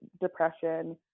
depression